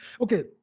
Okay